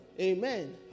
Amen